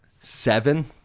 Seven